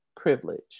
privilege